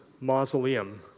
Mausoleum